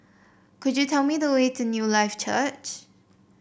could you tell me the way to Newlife Church